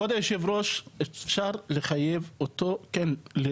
כבוד יושב הראש אפשר לחייב אותו לקבוע